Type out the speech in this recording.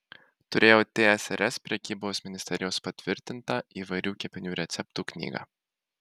turėjau tsrs prekybos ministerijos patvirtintą įvairių kepinių receptų knygą